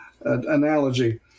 analogy